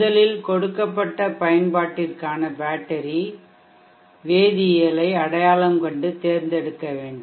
முதலில் கொடுக்கப்பட்ட பயன்பாட்டிற்கான பேட்டரி கெமிஸ்ட்ரி வேதியியலை அடையாளம் கண்டு தேர்ந்தெடுக்க வேண்டும்